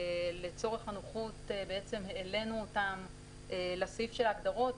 ולצורך הנוחות בעצם העלינו אותן לסעיף של ההגדרות.